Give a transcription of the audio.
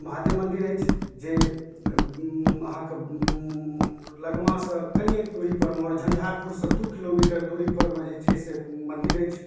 महादेव मन्दिर अछि जे अहाँके उँ लगमासँ कनिएके दूरीपर ओ झँझारपुरसँ दुइ किलोमीटर दूरीपरमे जे छै से मन्दिर अछि